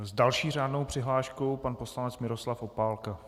S další řádnou přihláškou pan poslanec Miroslav Opálka.